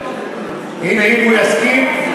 הוא יסכים,